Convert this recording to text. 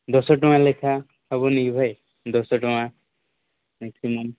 ଦଶ ଟଙ୍କା ଲେଖା ହେବନିକି ଭାଇ ଦଶଟଙ୍କା ମ୍ୟାକ୍ସିମମ୍